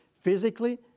physically